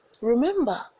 remember